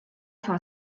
vor